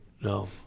No